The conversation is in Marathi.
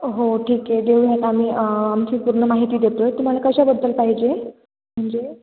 हो ठीक आहे देऊयात आम्ही आमची पूर्ण माहिती देतो आहे तुम्हाला कशाबद्दल पाहिजे म्हणजे